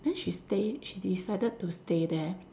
then she stay she decided to stay there